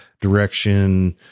direction